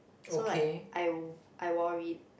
so like I w~ I wore it